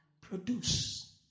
Produce